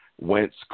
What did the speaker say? Wentz